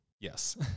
Yes